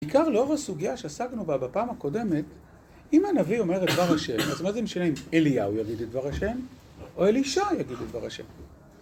בעיקר לאור הסוגיה שעסקנו בה בפעם הקודמת, אם הנביא אומר את דבר השם, אז מה זה משנה אם אליהו יגיד את דבר השם, או אלישע יגיד את דבר השם.